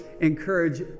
encourage